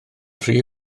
rhy